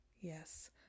yes